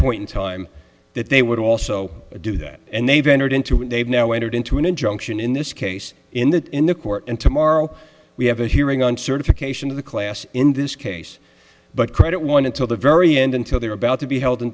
point in time that they would also do that and they've entered into they've now entered into an injunction in this case in the in the court and tomorrow we have a hearing on certification of the class in this case but credit one until the very end until they were about to be held in